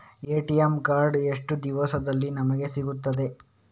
ATM card ಎಷ್ಟು ದಿವಸದಲ್ಲಿ ನಮಗೆ ಸಿಗುತ್ತದೆ?